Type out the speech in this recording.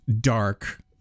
dark